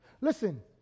Listen